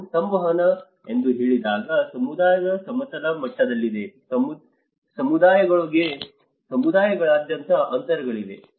ನಾವು ಸಂವಹನ ಎಂದು ಹೇಳಿದಾಗ ಸಮುದಾಯದ ಸಮತಲ ಮಟ್ಟದಲ್ಲಿ ಸಮುದಾಯಗಳೊಳಗೆ ಸಮುದಾಯಗಳಾದ್ಯಂತ ಅಂತರಗಳಿವೆ